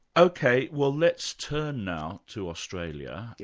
ok, well let's turn now to australia.